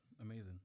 amazing